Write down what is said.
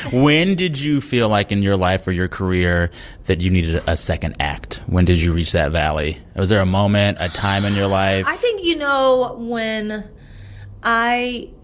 when did you feel like in your life or your career that you needed a second act? when did you reach that valley? was there a moment, a time in your life? i think, you know, when i